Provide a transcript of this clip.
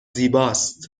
زیباست